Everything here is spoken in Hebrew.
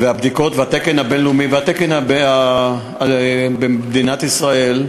הבדיקות, התקן הבין-לאומי והתקן במדינת ישראל,